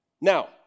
Now